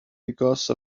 because